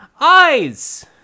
eyes